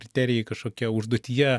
kriterijai kažkokie užduotyje